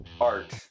art